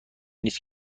نیست